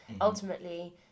ultimately